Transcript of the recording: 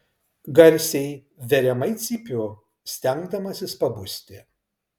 garsiai veriamai cypiu stengdamasis pabusti